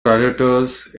predators